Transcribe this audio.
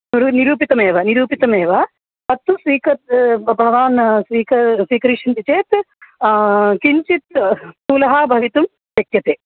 नरू निरूपितमेव निरूपितमेव तत्तु स्वीकर्तुं ब भवान् स्वीकर्तुं स्वीकरिष्यति चेत् किञ्चित् स्थूलः भवितुं शक्यते